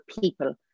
people